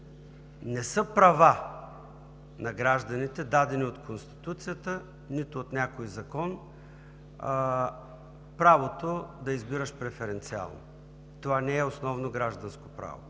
не са права на гражданите, дадени от Конституцията, нито от някой закон, а правото да избираш преференциално. Това не е основно гражданско право.